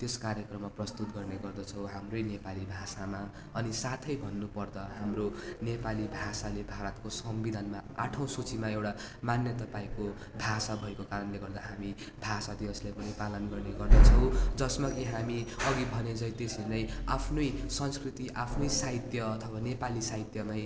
त्यस कार्यक्रममा प्रस्तुत गर्ने गर्दछौँ हाम्रै नेपाली भाषामा अनि साथै भन्नु पर्दा हाम्रो नेपाली भाषाले भारतको संविधानमा आठौँ सूचीमा एउटा मान्यता पाएको भाषा भएको कारणले गर्दा हामी भाषा दिवसलाई पनि पालन गर्ने गर्दछौँ जसमा कि हामी अघि भने झै त्यसरी नै आफ्नै संस्कृति आफ्नै साहित्य अथवा नेपाली साहित्यमै